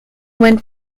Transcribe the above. went